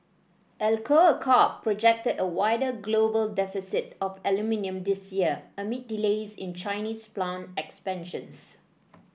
Alcoa Corp projected a wider global deficit of aluminium this year amid delays in Chinese plant expansions